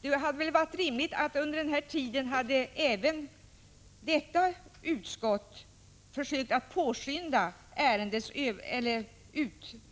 Det hade varit rimligt om även detta utskott under denna tid hade försökt påskynda